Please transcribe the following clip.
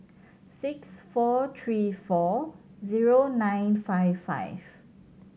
six four three four zero nine five five